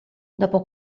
dopo